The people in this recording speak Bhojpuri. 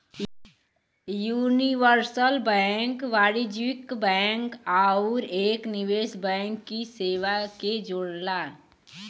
यूनिवर्सल बैंक वाणिज्यिक बैंक आउर एक निवेश बैंक की सेवा के जोड़ला